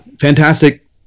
fantastic